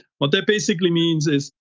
what that basically means is,